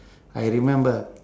I remember